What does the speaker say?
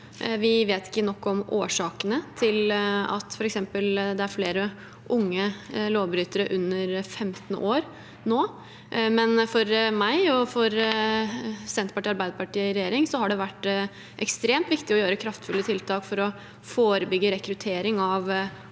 Vi vet ikke nok om årsakene til at det f.eks. er flere unge lovbrytere under 15 år nå. Men for meg og for Senterpartiet og Arbeiderpartiet i regjering har det vært ekstremt viktig å gjøre kraftfulle tiltak for å forebygge rekruttering av